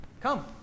Come